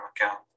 account